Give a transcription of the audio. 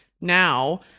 now –